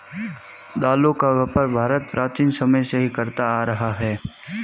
दालों का व्यापार भारत प्राचीन समय से ही करता आ रहा है